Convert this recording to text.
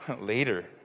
later